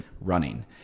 running